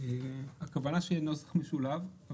הכוונה שיהיה נוסח משולב.